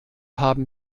haben